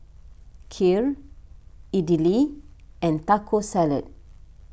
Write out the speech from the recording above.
Kheer Idili and Taco Salad